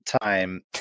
time